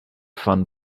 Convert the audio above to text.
fun